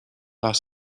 las